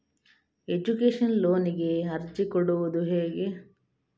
Education ಲೋನಿಗೆ ಅರ್ಜಿ ಕೊಡೂದು ಹೇಗೆ?